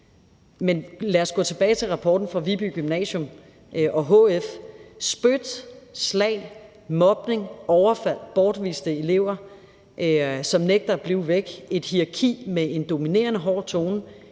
Men lad os gå tilbage til rapporten fra Viby Gymnasium & HF. Spyt, slag, mobning, overfald, bortviste elever, som nægter at blive væk, et hierarki med en dominerende hård tone,